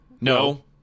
no